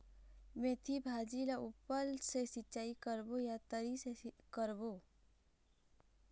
मेंथी भाजी ला ऊपर से सिचाई करबो या तरी से करबो?